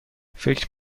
فکر